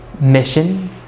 mission